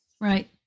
right